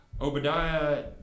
Obadiah